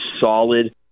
solid